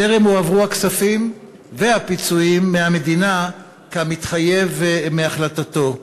טרם הועברו הכספים והפיצויים מהמדינה כמתחייב מהחלטתו.